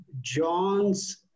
John's